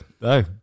No